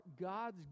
God's